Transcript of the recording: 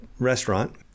restaurant